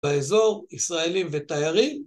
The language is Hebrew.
באזור ישראלים ותיירים.